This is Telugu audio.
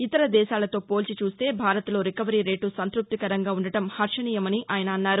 ఇతర దేశాలతో పోల్చి చూస్తే భారత్లో రికవరీ రేటు సంత్భప్తికరంగా ఉండడం హర్వణీయమని ఆయన అన్నారు